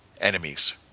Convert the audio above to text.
enemies